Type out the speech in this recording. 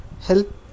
help